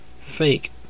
fake